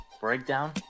breakdown